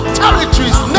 territories